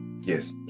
Yes